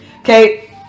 Okay